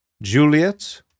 Juliet